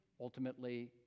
ultimately